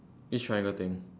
which triangle thing